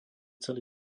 celý